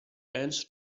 ants